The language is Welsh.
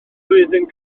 flwyddyn